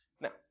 Now